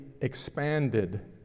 expanded